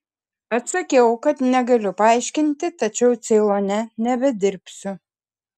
atsakiau kad negaliu paaiškinti tačiau ceilone nebedirbsiu